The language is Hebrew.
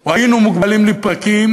או היינו מוגבלים לפרקים,